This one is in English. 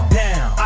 down